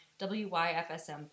WYFSM